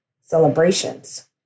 celebrations